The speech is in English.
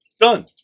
Done